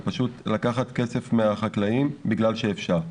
זה פשוט לקחת כסף מהחקלאים בגלל שאפשר.